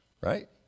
right